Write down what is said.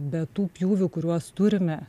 be tų pjūvių kuriuos turime